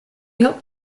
helped